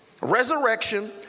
Resurrection